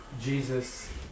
Jesus